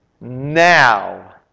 Now